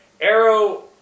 Arrow